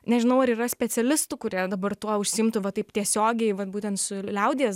nežinau ar yra specialistų kurie dabar tuo užsiimtų va taip tiesiogiai vat būtent su liaudies